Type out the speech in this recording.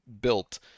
built